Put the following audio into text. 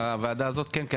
בוועדה הזאת כן,